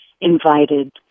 invited